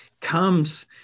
comes